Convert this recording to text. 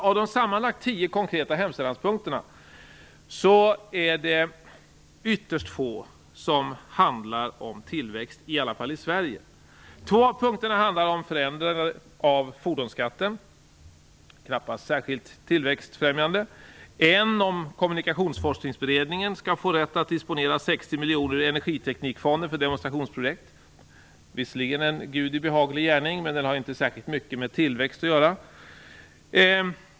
Av de sammanlagt tio konkreta hemställanspunkterna är det ytterst få som handlar om tillväxt, i alla fall i Sverige. Två av punkterna handlar om förändringar av fordonsskatten; knappast särskilt tillväxtfrämjande. En punkt handlar om att Kommunikationsforskningsberedningen skall få rätt att disponera 60 miljoner kronor ur Energiteknikfonden för demonstrationsprojekt; visserligen en Gudi behaglig gärning, men den har inte särskilt mycket med tillväxt att göra.